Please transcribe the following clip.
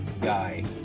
guy